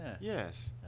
Yes